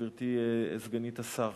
גברתי סגנית השר.